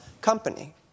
company